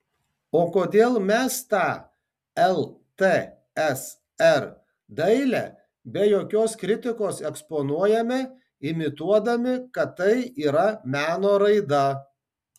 o kodėl mes tą ltsr dailę be jokios kritikos eksponuojame imituodami kad tai yra meno raida